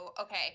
okay